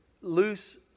loose